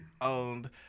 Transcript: owned